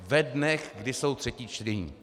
Ve dnech, kdy jsou třetí čtení.